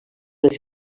les